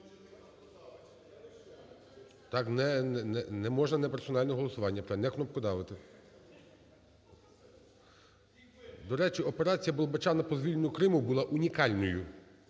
запис. Не можнанеперсональне голосування. Не кнопкодавити! До речі, операціяБолбочана по звільненню Криму була унікальною,